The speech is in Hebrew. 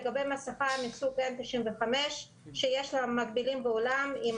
לגבי מסיכה מסוג N-95 שיש לה מקבילים בעולם עם